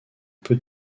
peu